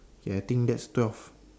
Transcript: okay I think that's twelve